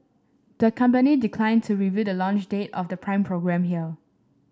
the company declined to reveal the launch date of the Prime programme here